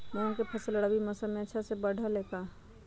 मूंग के फसल रबी मौसम में अच्छा से बढ़ ले का?